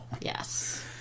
Yes